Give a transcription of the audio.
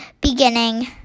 beginning